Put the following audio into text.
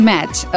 Match